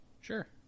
Sure